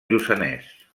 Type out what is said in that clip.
lluçanès